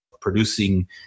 producing